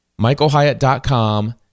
Michaelhyatt.com